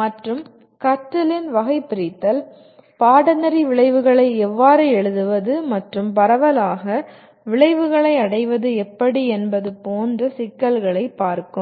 மற்றும் கற்றலின் வகைபிரித்தல் பாடநெறி விளைவுகளை எவ்வாறு எழுதுவது மற்றும் பரவலாக விளைவுகளை அடைவது எப்படி என்பது போன்ற சிக்கல்களைப் பார்க்கும்